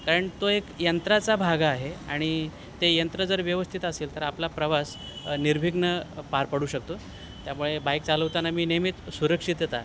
कारण तो एक यंत्राचा भाग आहे आणि ते यंत्र जर व्यवस्थित असेल तर आपला प्रवास निर्विघ्न पार पडू शकतो त्यामुळे बाईक चालवताना मी नेहमी सुरक्षितता